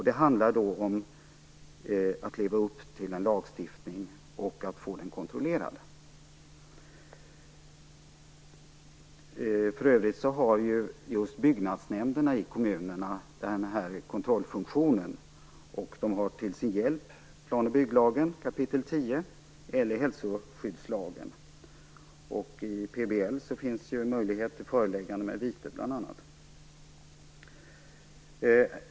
Det handlar om att leva upp till en lagstiftning och få dess efterlevnad kontrollerad. För övrigt har byggnadsnämnderna i kommunerna kontrollfunktionen, och de har till sin hjälp plan och bygglagens kapitel 10 och hälsoskyddslagen. I PBL finns det möjligheter till bl.a. föreläggande med vite.